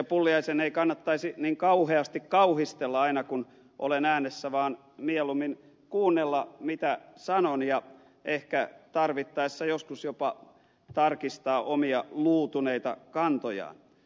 pulliaisen ei kannattaisi niin kauheasti kauhistella aina kun olen äänessä vaan mieluummin kuunnella mitä sanon ja ehkä tarvittaessa joskus jopa tarkistaa omia luutuneita kantojaan